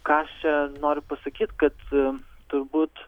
ką aš čia noriu pasakyti kad turbūt